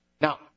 Now